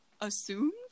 assumed